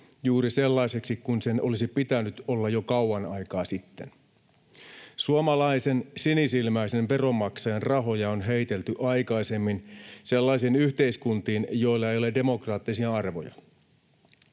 juuri sellaiseksi kuin sen olisi pitänyt olla jo kauan aikaa sitten. Suomalaisen sinisilmäisen veronmaksajan rahoja on heitelty aikaisemmin sellaisiin yhteiskuntiin, joilla ei ole demokraattisia arvoja